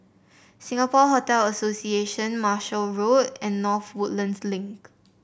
Singapore Hotel Association Marshall Road and North Woodlands Link